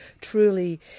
truly